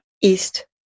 east